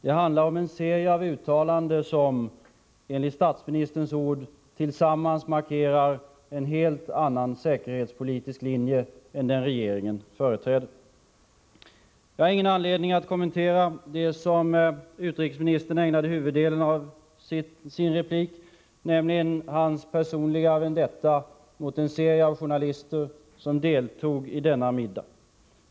Det handlar om en serie av uttalanden som, enligt statsministerns ord, tillsammans markerar en helt annan säkerhetspolitisk linje än den regeringen företräder. Jag har ingen anledning att kommentera det som utrikesministern ägnade huvuddelen av sin replik, nämligen hans personliga vendetta mot en rad journalister som deltog i middagen.